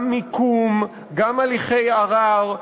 גם מיקום, גם הליכי ערר,